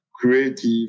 creative